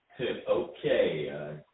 okay